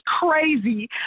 crazy